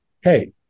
hey